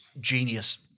Genius